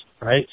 right